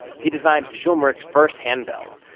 he designed schulmerich's first handbells,